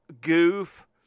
goof